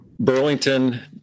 Burlington